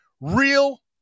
real